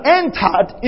entered